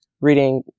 reading